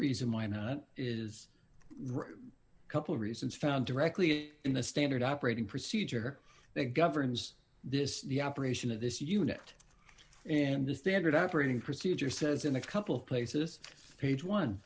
reason why not is a couple reasons found directly in a standard operating procedure that governs this the operation of this unit and the standard operating procedure says in a couple of places page one